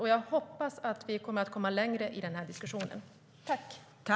Jag hoppas att vi kommer att komma längre i den här diskussionen.